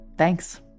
Thanks